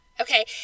Okay